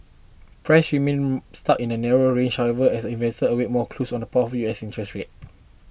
prices remained stuck in a narrow range however as investors awaited more clues on the path of U S interest rates